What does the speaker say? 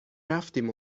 رفتیم